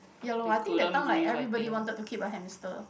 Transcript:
ya loh I think that time like everybody wanted to keep a hamster